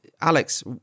Alex